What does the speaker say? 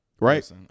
Right